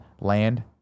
land